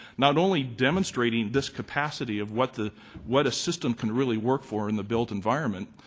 not only demonstrating this capacity of what the what a system can really work for in the built environment,